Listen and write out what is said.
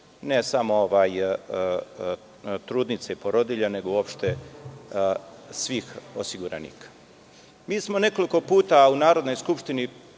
ne samo trudnica i porodilja, nego uopšte svih osiguranika. Mi smo nekoliko puta u Narodnoj skupštini